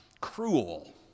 cruel